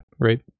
Right